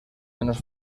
menos